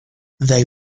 they